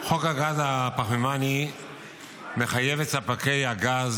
חוק הגז הפחמימני מחייב את ספקי הגז